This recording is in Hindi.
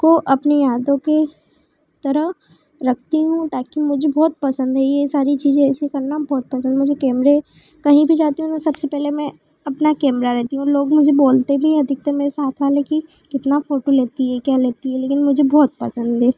को अपनी यादों की तरह रखती हूँ ताकि मुझे बहुत पसंद है यह सारी चीजें ऐसी करना बहुत पसंद मुझे कैमरे कहीं भी जाती हूँ तो मैं सबसे पहले पर मैं अपना कैमरा लेती हूँ लोग मुझे बोलते भी हैं अधिकतर मेरे साथ वाले कि कितना फोटो लेती है क्या लेती है लेकिन मुझे बहुत पसंद हैं